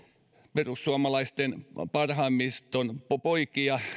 perussuomalaisten parhaimmiston poikia